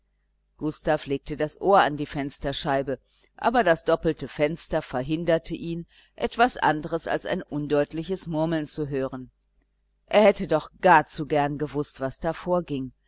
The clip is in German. gustav legte das ohr an die fensterscheibe aber das doppelte fenster verhinderte ihn etwas anderes als ein undeutliches murmeln zu hören er hätte doch gar zu gern gewußt was da vorging